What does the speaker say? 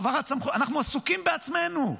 העברת סמכויות.